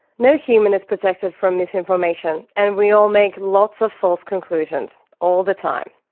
no human is protected from mis-information, and we all make lots of false conclusions, all the time.